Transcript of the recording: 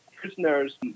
prisoners